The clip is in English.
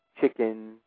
chicken